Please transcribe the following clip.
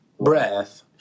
Breath